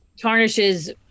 tarnishes